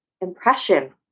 impression